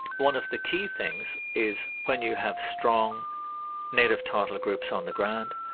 one of the key things is when you have strong native title groups on the ground,